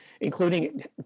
including